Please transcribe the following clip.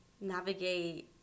navigate